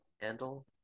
handle